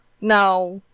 Now